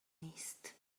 نیست